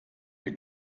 wir